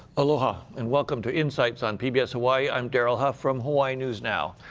aloha and welcome to insights on pbs hawaii. i'm daryl huff from hawaii news now.